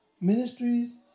Ministries